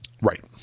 right